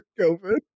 COVID